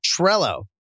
Trello